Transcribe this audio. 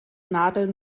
nadel